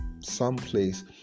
someplace